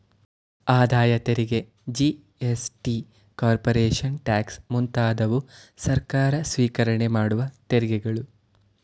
ಆದಾಯ ತೆರಿಗೆ GST, corporation tax ಮುಂತಾದವು ಸರ್ಕಾರ ಸ್ವಿಕರಣೆ ಮಾಡುವ ತೆರಿಗೆಗಳು